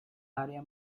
área